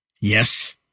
Yes